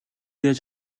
яаж